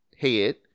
head